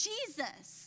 Jesus